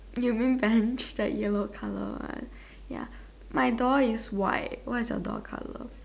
you mean Bench that yellow colour right ya my door is white what is your door colour